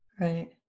Right